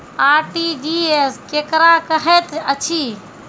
RTGS केकरा कहैत अछि?